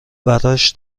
براش